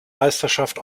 meisterschaft